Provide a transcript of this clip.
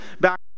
back